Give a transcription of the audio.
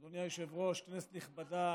אדוני היושב-ראש, כנסת נכבדה,